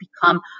become